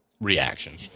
reaction